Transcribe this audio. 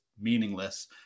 Meaningless